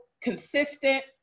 consistent